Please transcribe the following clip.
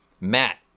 matt